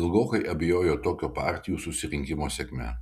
ilgokai abejojo tokio partijų susirinkimo sėkme